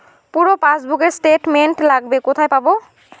পুরো পাসবুকের স্টেটমেন্ট লাগবে কোথায় পাব?